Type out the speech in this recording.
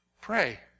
Pray